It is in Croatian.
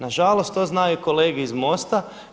Nažalost to znaju i kolege iz MOST-a.